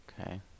Okay